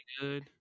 good